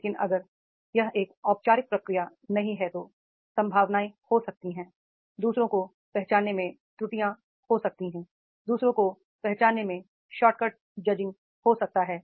लेकिन अगर यह एक औपचारिक प्रक्रिया नहीं है तो संभावनाएं हो सकती हैं दू सरों को पहचानने में त्रुटियां हो सकती हैं दू सरों को पहचानने में शॉर्टकट ज जिंग हो सकता है